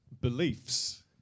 beliefs